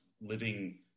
living